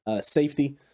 safety